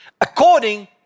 According